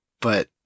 But-